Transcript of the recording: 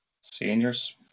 seniors